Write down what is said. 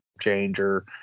Changer